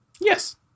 Yes